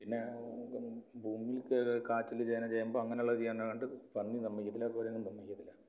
പിന്നെ നമുക്ക് ഭൂമിയിൽ കാച്ചിൽ ചേന ചേമ്പ് അങ്ങനെയുള്ളത് ചെയ്യാനായിട്ട് പന്നി സമ്മതിക്കില്ല കുരങ്ങും സമ്മതിക്കില്ല